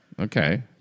okay